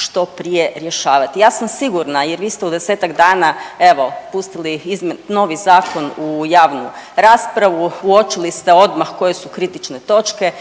što prije rješavati. Ja sam sigurna jer vi ste u 10-ak dana evo pustili novi zakon u javnu raspravu, uočili ste odmah koje su kritične točke,